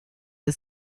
the